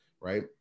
right